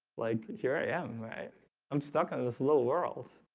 like here i am right i'm stuck this little world